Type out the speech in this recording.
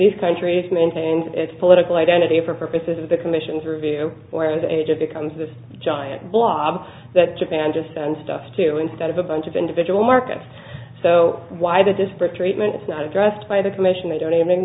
these countries maintained its political identity for purposes of the commission's review where the age of becomes this giant blob that japan just stuff to instead of a bunch of individual markets so why the disparate treatment is not addressed by the commission they don't even